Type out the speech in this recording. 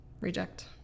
Reject